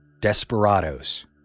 desperados